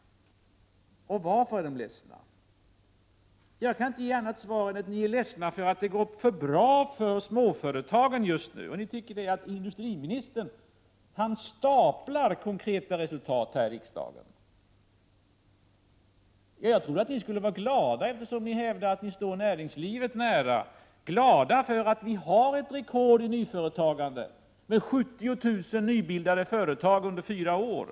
Varför är ni ledsna? Jag kan inte ge något annat svar än att ni är ledsna för att det har gått för bra för småföretagen just nu. Ni tycker att industriministern staplar konkreta resultat på varandra här i riksdagen. Jag trodde att ni skulle vara glada, eftersom ni hävdar att ni står näringslivet nära. Jag trodde att ni skulle vara glada för att vi har ett rekord i nyföretagande med 70 000 nybildade företag under fyra år.